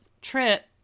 trip